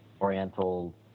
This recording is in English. Oriental